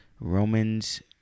Romans